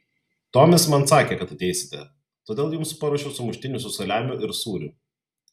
tomis man sakė kad ateisite todėl jums paruošiau sumuštinių su saliamiu ir sūriu